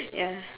ya